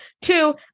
Two